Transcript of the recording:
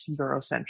Eurocentric